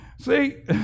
See